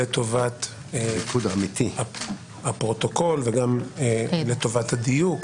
לטובת הפרוטוקול וגם לטובת הדיוק,